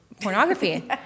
pornography